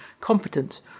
competence